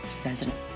president